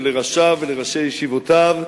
ולראשיו ולראשי ישיבותיו,